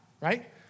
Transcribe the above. right